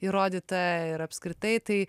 įrodyta ir apskritai tai